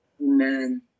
Amen